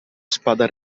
spada